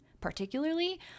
particularly